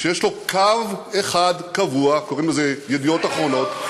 שיש לו קו אחד קבוע, קוראים לו "ידיעות אחרונות".